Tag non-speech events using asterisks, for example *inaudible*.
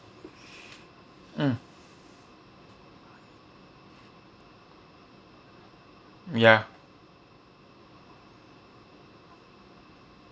*breath* mm ya